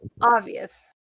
obvious